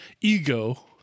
ego